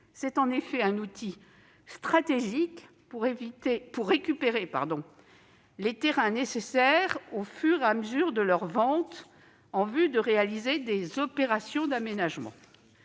C'est en effet un outil stratégique pour récupérer les terrains nécessaires, au fur et à mesure de leur vente, en vue de réaliser des opérations d'aménagement.